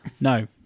No